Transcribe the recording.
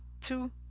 two